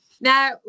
Now